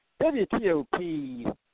WTOP